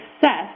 success